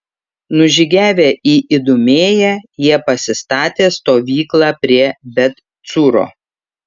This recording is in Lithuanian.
nužygiavę į idumėją jie pasistatė stovyklą prie bet cūro